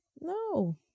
no